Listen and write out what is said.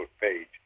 page